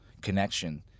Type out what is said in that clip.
connection